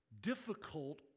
difficult